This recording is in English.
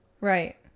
Right